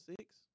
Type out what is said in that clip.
six